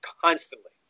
constantly